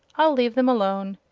i'll leave them alone.